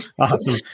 Awesome